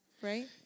Right